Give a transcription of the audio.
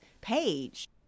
page